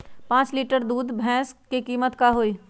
पाँच लीटर भेस दूध के कीमत का होई?